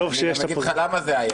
אני אגיד לך למה זה היה